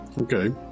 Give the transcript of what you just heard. Okay